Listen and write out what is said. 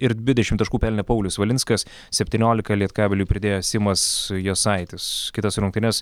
ir dvidešim taškų pelnė paulius valinskas septyniolika lietkabeliui pridėjo simas jasaitis kitas rungtynes